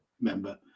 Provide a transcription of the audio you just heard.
member